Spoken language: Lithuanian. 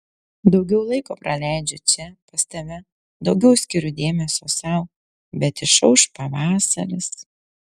daugiau laiko praleidžiu čia pas tave daugiau skiriu dėmesio sau bet išauš pavasaris